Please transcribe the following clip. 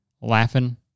laughing